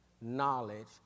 knowledge